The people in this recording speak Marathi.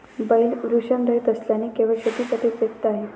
बैल वृषणरहित असल्याने केवळ शेतीसाठी उपयुक्त आहे